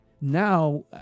now